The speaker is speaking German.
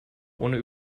ohne